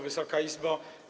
Wysoka Izbo!